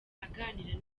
aganira